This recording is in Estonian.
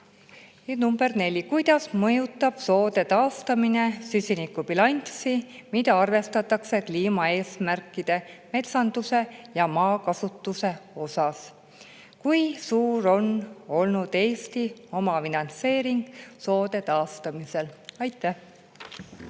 Nr 4: "Kuidas mõjutab soode taastamine süsinikubilanssi, mida arvestatakse kliimaeesmärkide metsanduse- ja maakasutuse (LULUCF) osas?" "Kui suur on olnud Eesti omafinantseering soode taastamisel?"